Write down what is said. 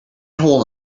hole